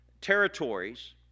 territories